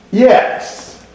Yes